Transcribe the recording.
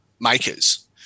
makers